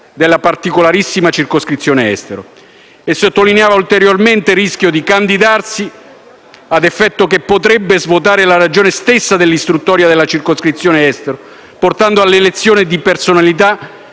della particolarissima circoscrizione estero. E sottolineava ulteriormente il rischio di candidature ad effetto che potrebbero svuotare la ragione stessa dell'istituzione della circoscrizione estero, portando all'elezione di personalità